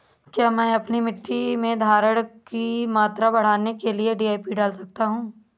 क्या मैं अपनी मिट्टी में धारण की मात्रा बढ़ाने के लिए डी.ए.पी डाल सकता हूँ?